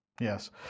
Yes